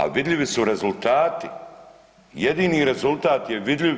A vidljivi su rezultati, jedini rezultat je vidljiv